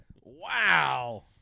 Wow